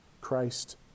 Christ